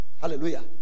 hallelujah